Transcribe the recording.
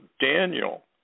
Daniel